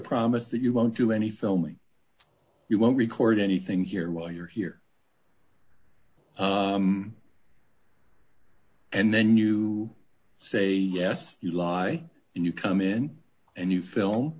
promise that you won't do any filming you won't record anything here while you're here and then you say yes you lie and you come in and you film